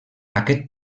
aquest